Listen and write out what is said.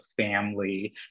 family